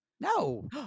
No